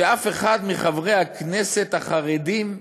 שאף אחד מחברי הכנסת החרדים,